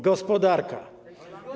Gospodarka.